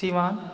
सीमा